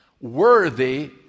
worthy